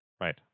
Right